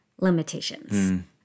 limitations